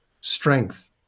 strength